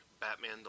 Batman